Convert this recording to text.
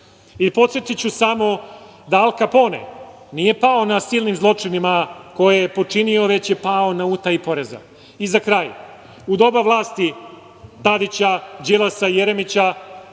reaguju. Podsetiću samo da Al Kapone nije pao na silnim zločinima koje je počinio, već je pao na utaji poreza. Za kraj, u doba vlasti Tadića, Đilasa, Jeremića,